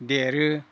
देरो